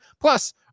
plus